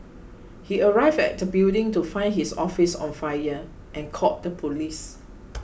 he arrived at the building to find his office on fire and called the police